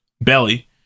Belly